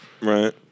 Right